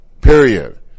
Period